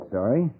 Sorry